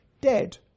dead